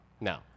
no